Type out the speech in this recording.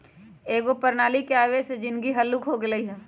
एकेगो प्रणाली के आबे से जीनगी हल्लुक हो गेल हइ